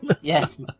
Yes